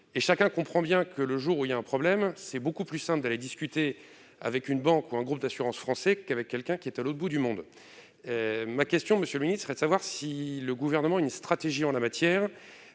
chacun comprend bien que, le jour où il y a un problème, il est beaucoup plus simple d'aller discuter avec une banque ou un groupe d'assurances français qu'avec quelqu'un qui est à l'autre bout du monde ! Monsieur le secrétaire d'État, le Gouvernement a-t-il une stratégie en la matière ?